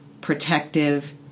protective